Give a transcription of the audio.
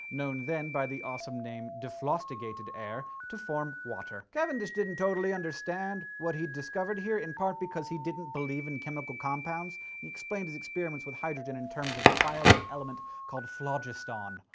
known then by the awesome name dephlogisticated air, to form water. cavendish didn't totally understand what he discovered here, in part because he didn't believe in chemical compounds and explained his experiments with hydrogen in terms of a fire-like element called phlogiston.